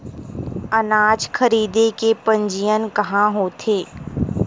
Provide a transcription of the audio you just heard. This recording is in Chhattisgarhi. अनाज खरीदे के पंजीयन कहां होथे?